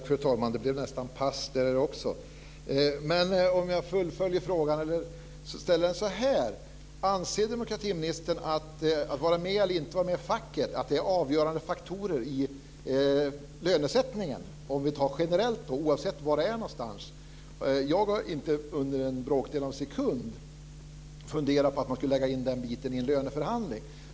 Fru talman! Det blev nästan pass där också. Om jag då ställer frågan så här: Anser demokratiministern att vara med i eller inte vara med i facket är en avgörande faktor i lönesättningen, generellt sett, oavsett var det är? Jag har inte under bråkdelen av en sekund funderat på att man skulle lägga in den biten i en löneförhandling.